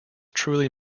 truly